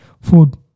food